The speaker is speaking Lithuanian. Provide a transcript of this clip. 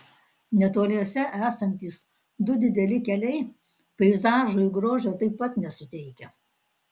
netoliese esantys du dideli keliai peizažui grožio taip pat nesuteikia